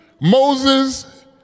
Moses